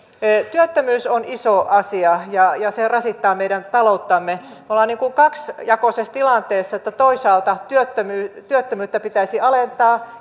työttömyys on iso asia ja se rasittaa meidän talouttamme me olemme kaksijakoisessa tilanteessa että toisaalta työttömyyttä työttömyyttä pitäisi alentaa